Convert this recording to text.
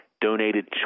donated